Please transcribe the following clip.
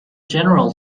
general